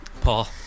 Paul